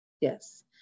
Yes